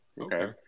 Okay